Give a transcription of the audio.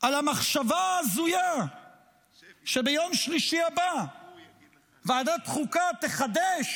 על המחשבה ההזויה שביום שלישי הבא ועדת החוקה תחדש